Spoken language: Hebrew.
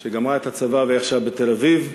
שגמרה את הצבא והיא עכשיו בתל-אביב,